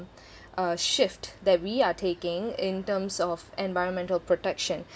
uh shift that we are taking in terms of environmental protection